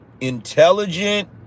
Intelligent